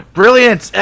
brilliant